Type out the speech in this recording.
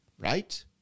right